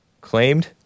claimed